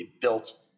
built